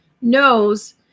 knows